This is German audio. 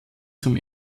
zum